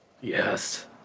yes